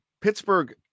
Pittsburgh